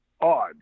odd